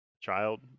child